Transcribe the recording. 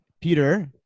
Peter